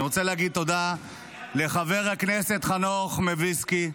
אני רוצה להגיד תודה לחבר הכנסת חנוך מלביצקי,